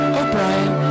O'Brien